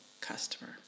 customer